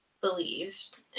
believed